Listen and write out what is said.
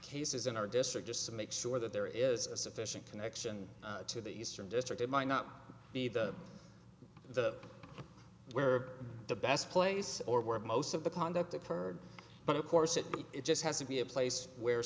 cases in our district just to make sure that there is a sufficient connection to the eastern district it might not be the the where the best place or where most of the conduct occurred but of course it just has to be a place where